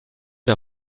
der